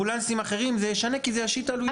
לאמבולנסים אחרים זה ישנה כי זה ישית עלויות.